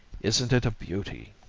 isn't it a beauty?